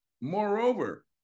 Moreover